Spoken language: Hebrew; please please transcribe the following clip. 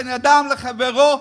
בין אדם לחברו,